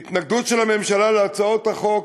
ההתנגדות של הממשלה להצעות החוק